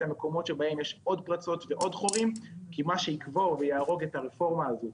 המקומות בהם יש עוד פרצות ועוד חורים כי מה שיקבור ויהרוג את הרפורמה הזאת,